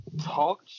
talk